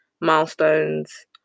milestones